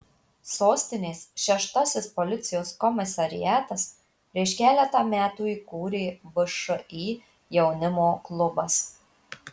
sostinės šeštasis policijos komisariatas prieš keletą metų įkūrė všį jaunimo klubas